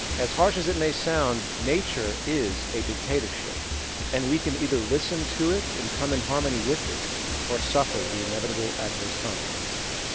as harsh as it may sound, nature is a dictatorship and we can either listen to it and come in harmony with it or suffer the inevitable adverse consequences.